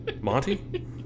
Monty